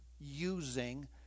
using